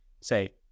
say